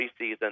preseason